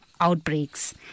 outbreaks